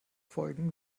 folgen